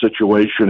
situation